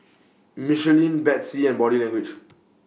Michelin Betsy and Body Language